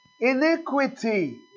iniquity